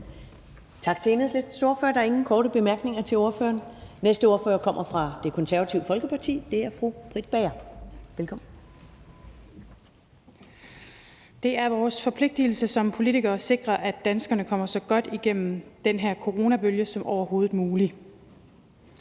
Tak til Enhedslistens ordfører. Der er ingen korte bemærkninger til ordføreren. Næste ordfører kommer fra Det Konservative Folkeparti, og det er fru Britt Bager. Velkommen. Kl. 14:58 (Ordfører) Britt Bager (KF): Det er vores forpligtigelse som politikere at sikre, at danskerne kommer så godt igennem den her coronabølge som overhovedet muligt.